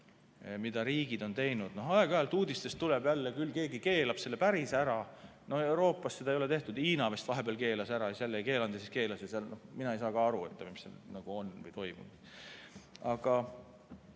mida riigid on teinud. Aeg-ajalt uudistes öeldakse jälle, et keegi keelab selle päris ära. Euroopas seda ei ole tehtud, Hiina vist vahepeal keelas ära, siis jälle ei keelanud, siis keelas ja mina ei saa ka aru, mis on või toimub. Aga